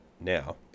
now